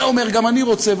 זה אומר: גם אני רוצה,